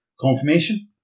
confirmation